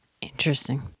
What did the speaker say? Interesting